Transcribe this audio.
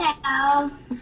house